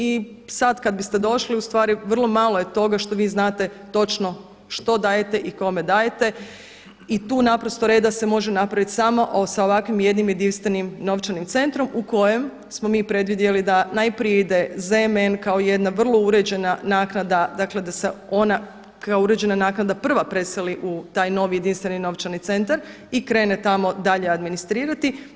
I sad kad biste došli u stvari vrlo malo je toga što vi znate točno što dajete i kome dajete i tu naprosto reda se može napravit samo sa ovakvim jednim jedinstvenim novčanim centrom u kojem smo mi predvidjeli da najprije ide ZM kao jedna vrlo uređena naknada, dakle da se ona kao uređena naknada prva preseli u taj novi jedinstveni novčani centar i krene tamo dalje administrirati.